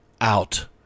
out